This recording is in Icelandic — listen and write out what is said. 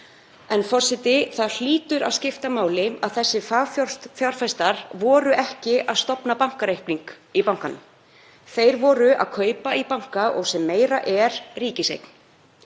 Forseti. Það hlýtur að skipta máli að þessir fagfjárfestar voru ekki að stofna bankareikning í bankanum, þeir voru að kaupa í banka og það sem meira er ríkiseign.